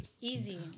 easy